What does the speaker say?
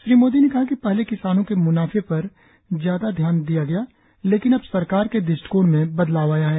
श्री मोदी ने कहा कि पहले किसानों के म्नाफे पर ज्यादा ध्यान नहीं दिया गया लेकिन अब सरकार के दृष्टिकोण में बदलाव आया है